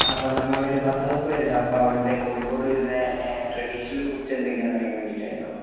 അപ്പോൾ നമുക്കൊരു പത്തുമുപ്പത് പേരുണ്ട് അപ്പോൾ അവിടുത്തെ കോഴിക്കോട് വരുന്ന ട്രഡീഷണൽ ഫുഡ്സ് എന്തൊക്കെയാണെന്നറിയാൻ വേണ്ടിയിട്ടായിരുന്നു അവിടുത്തെ